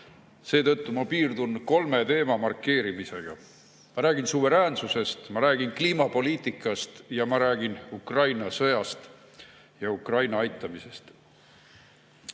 Seetõttu piirdun kolme teema markeerimisega. Ma räägin suveräänsusest, ma räägin kliimapoliitikast ning ma räägin Ukraina sõjast ja Ukraina aitamisest. Peaminister